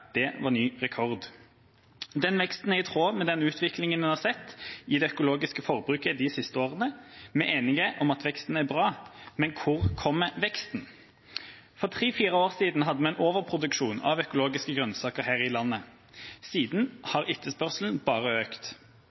Det var ny rekord. Denne veksten er i tråd med den utviklinga en har sett i det økologiske forbruket de siste årene. Vi er enige om at veksten er bra, men hvor kommer veksten? For tre–fire år sida hadde vi overproduksjon av økologiske grønnsaker her i landet. Sida har etterspørselen bare økt.